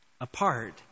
apart